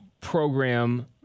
program